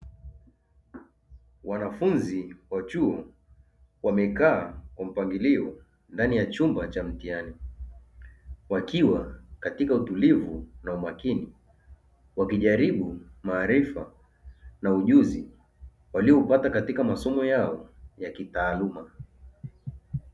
Wanafunzi wa chuo wamekaa kwa mpangilio ndani ya chumba cha mtihani wakiwa katika utulivu na umakini, wakijaribu maarifa na ujuzi waliopata katika masomo yao ya kitaaluma.